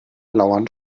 lauern